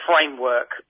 framework